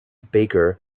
barker